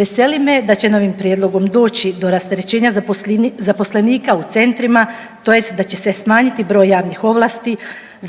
Veseli me da će novim prijedlogom doći do rasterećenja zaposlenika u centrima tj. da će se smanjiti broj javnih ovlasti